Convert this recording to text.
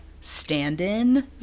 stand-in